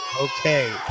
Okay